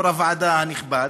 יושב-ראש הוועדה הנכבד,